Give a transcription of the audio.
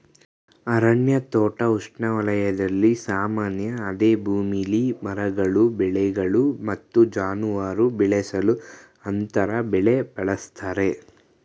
ಅರಣ್ಯ ತೋಟ ಉಷ್ಣವಲಯದಲ್ಲಿ ಸಾಮಾನ್ಯ ಅದೇ ಭೂಮಿಲಿ ಮರಗಳು ಬೆಳೆಗಳು ಮತ್ತು ಜಾನುವಾರು ಬೆಳೆಸಲು ಅಂತರ ಬೆಳೆ ಬಳಸ್ತರೆ